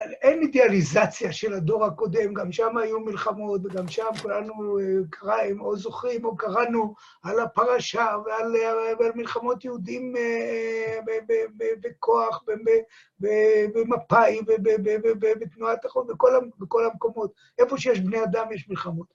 אין אידיאליזציה של הדור הקודם, גם שם היו מלחמות וגם שם כולנו קראים או זוכרים או קראנו על הפרשה ועל מלחמות יהודים בכוח ובמפאים ובתנועה התחום ובכל המקומות. איפה שיש בני אדם יש מלחמות.